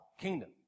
kingdom